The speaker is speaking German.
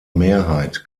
mehrheit